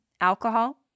alcohol